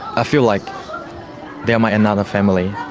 i feel like they're my another family.